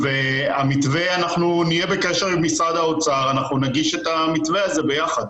והמתווה אנחנו נהיה בקשר עם משרד האוצר ונגיש את המתווה הזה ביחד.